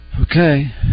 Okay